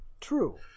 True